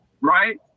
right